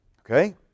Okay